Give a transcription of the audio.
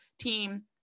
team